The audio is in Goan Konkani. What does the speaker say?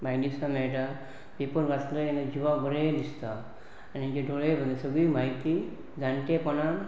म्हायती सुद्दां मेळटा पेपर वाचलें की ना जिवाक बरें दिसता आनी जे डोळे सगळी म्हायती जाणटेपणान